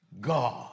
God